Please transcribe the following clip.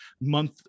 month